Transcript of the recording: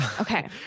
Okay